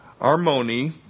Armoni